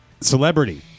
celebrity